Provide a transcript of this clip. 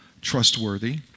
trustworthy